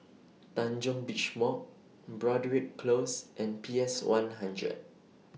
Tanjong Beach Walk Broadrick Close and P S one hundred